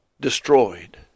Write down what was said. destroyed